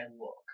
look